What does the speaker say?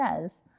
says